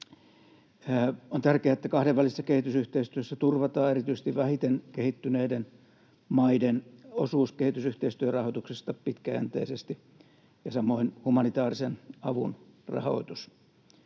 On tärkeää, että kahdenvälisessä kehitysyhteistyössä turvataan erityisesti vähiten kehittyneiden maiden osuus kehitysyhteistyörahoituksesta pitkäjänteisesti ja samoin humanitaarisen avun rahoitus.